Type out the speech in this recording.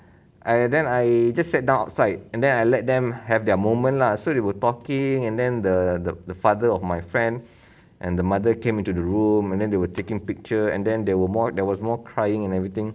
I then I just sat down outside and then I let them have their moment lah so they were talking and then the the the father of my friend and the mother came into the room and then they were taking picture and then there were more there was more crying and everything